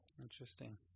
Interesting